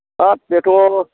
हाब बेथ'